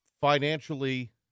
financially